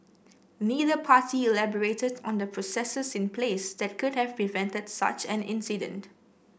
neither party elaborated on the processes in place that could have prevented such an incident